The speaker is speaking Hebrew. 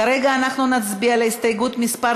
כרגע אנחנו נצביע על הסתייגות מס'